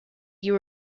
you